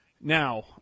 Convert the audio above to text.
now